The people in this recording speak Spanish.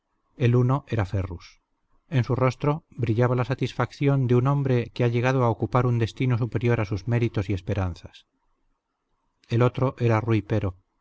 el uno era ferrus en su rostro brillaba la satisfacción de un hombre que ha llegado a ocupar un destino superior a sus méritos y esperanzas el otro era rui pero